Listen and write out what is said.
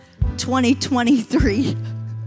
2023